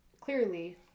clearly